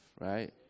right